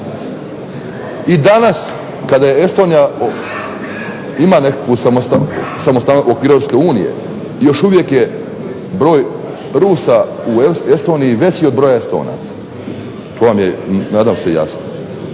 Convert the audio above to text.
I danas kada je Estonija ima neku samostalnost u okviru EU još uvijek je broj Rusa u Estoniji veći od broja Estonaca. To vam je nadam se jasno.